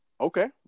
Okay